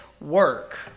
work